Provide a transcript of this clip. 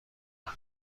کنه